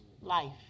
Life